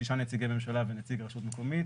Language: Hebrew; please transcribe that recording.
שישה נציגי ממשלה ונציג רשות מקומית.